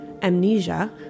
amnesia